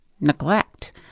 neglect